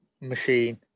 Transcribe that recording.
machine